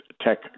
tech